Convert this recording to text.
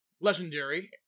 legendary